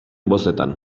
bozetan